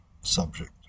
subject